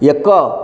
ଏକ